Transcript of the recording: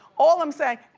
all i'm saying,